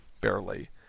Barely